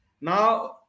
Now